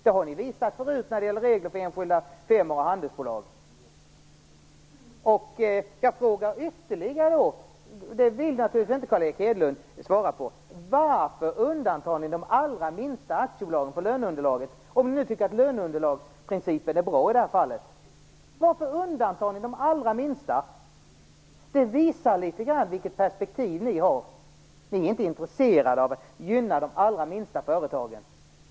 Det har ni visat förut när det gäller regler för enskilda firmor och handelsbolag. Jag frågar ytterligare en gång: Varför undantar ni de allra minsta aktiebolagen från löneunderlaget om ni nu tycker att löneunderlagsprincipen är bra? Det vill naturligtvis inte Carl Erik Hedlund svara på. Varför undantar ni de allra minsta? Det visar litet grand vilket perspektiv ni har. Ni är inte intresserade av att gynna de allra minsta företagen.